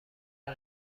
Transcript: این